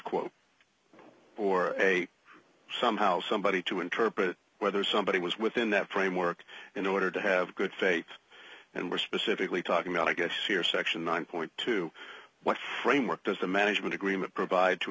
quote or somehow somebody to interpret whether somebody was within that framework in order to have good faith and we're specifically talking about i guess here section one point two what framework does the management agreement provide to